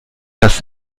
das